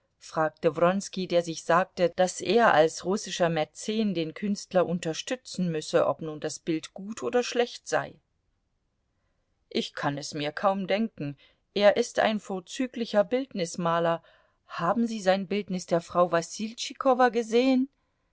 fragte wronski der sich sagte daß er als russischer mäzen den künstler unterstützen müsse ob nun das bild gut oder schlecht sei ich kann es mir kaum denken er ist ein vorzüglicher bildnismaler haben sie sein bildnis der frau wasiltschikowa gesehen